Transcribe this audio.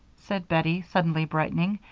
said bettie, suddenly brightening.